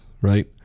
right